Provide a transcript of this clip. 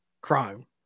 crime